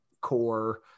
core